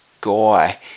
guy